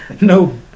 No